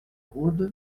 rhôde